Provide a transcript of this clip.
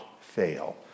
fail